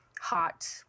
hot